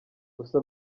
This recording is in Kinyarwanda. gusa